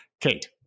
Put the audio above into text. Kate